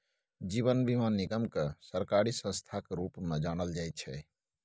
जीवन बीमा निगमकेँ सरकारी संस्थाक रूपमे जानल जाइत छै